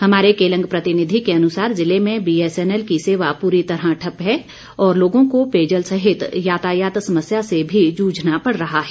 हमारे केलंग प्रतिनिधि के अनुसार ज़िले में बीएसएनएल की सेवा प्री तरह ठप्प है और लोगों को पेयजल सहित यातायात समस्या से भी जूझना पड़ रहा है